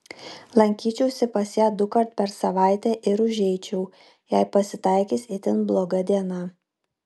lankyčiausi pas ją dukart per savaitę ir užeičiau jei pasitaikys itin bloga diena